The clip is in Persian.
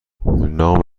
نام